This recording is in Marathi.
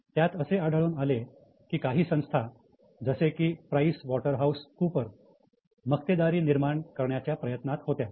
त्यात असे आढळून आले की काही संस्था जसे की प्राईस वॉटरहाऊस कूपर मक्तेदारी निर्माण करण्याचा प्रयत्नात होत्या